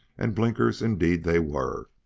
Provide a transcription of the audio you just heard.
and blinkers indeed they were,